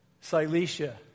Cilicia